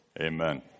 Amen